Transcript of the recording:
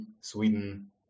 Sweden